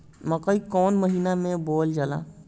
मकई कौन महीना मे बोअल जाला?